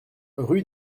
rue